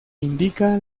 indica